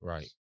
Right